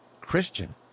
Christian